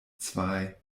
zwei